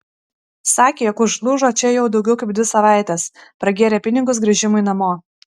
sakė jog užlūžo čia jau daugiau kaip dvi savaites pragėrė pinigus grįžimui namo